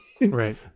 Right